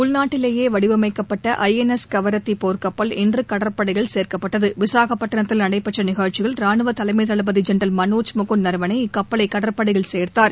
உள்நாட்டிலேயேவடிவமைக்கப்பட்ட I N S கவராட்டிபோர்க்கப்பல் இன்றுகடற்படையில் சேர்க்கப்பட்டது விசாகப்பட்டினத்தில் நடைபெற்றநிகழ்ச்சியில் ரானுவதலைமைதளபதிஜேனரல் மனோஜ் இக்கப்பலைகடற்படையில் சேர்த்தார்